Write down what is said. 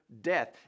death